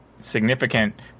significant